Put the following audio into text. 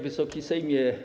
Wysoki Sejmie!